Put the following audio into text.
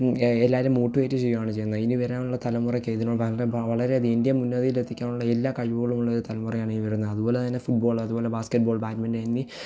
എല്ലാവരെയും മോട്ടിവേറ്റ് ചെയ്യുവാണ് ചെയ്യുന്നത് ഇനി വരാനുള്ള തലമുറയ്ക്ക് ഇതിനു വളരെ വളരെയധികം ഇന്ത്യ ഉന്നതിയിൽ എത്തിക്കാനുള്ള എല്ലാ കഴിവുകളുമുള്ള ഒരു തലമുറയാണ് ഈ വരുന്നത് അതുപോലെ തന്നെ ഫുട്ബോൾ അതുപോലെ ബാസ്കറ്റ് ബോൾ ബാഡ്മിൻടൻ എന്നീ